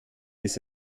ist